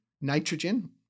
nitrogen